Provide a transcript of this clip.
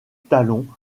talon